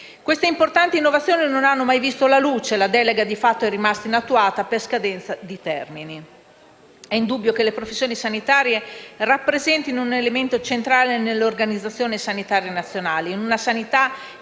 Queste importanti innovazioni non hanno mai visto la luce. La delega di fatto è rimasta inattuata per scadenza dei termini. È indubbio che le questioni sanitarie rappresentino un elemento centrale nell'organizzazione sanitaria nazionale, in una sanità che